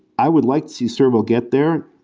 i would like to servo get there.